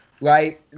right